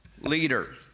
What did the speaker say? leader